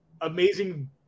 amazing